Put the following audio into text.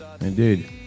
Indeed